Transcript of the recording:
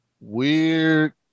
weird